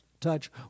touch